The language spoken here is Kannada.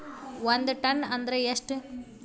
ಒಂದ್ ಟನ್ ಅಂದ್ರ ಎಷ್ಟ?